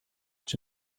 czy